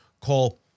call